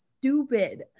stupid